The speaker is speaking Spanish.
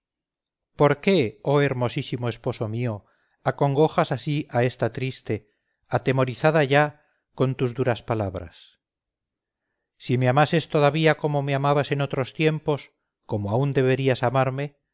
por qué oh hermosísimo esposo mío acongojas así a esta triste atemorizada ya con tus duras palabras si me amases todavía como me amabas en otros tiempos como aun deberías amarme